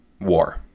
war